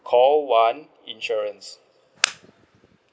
call one insurance